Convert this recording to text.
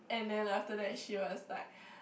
and then after that she was like